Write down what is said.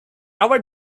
our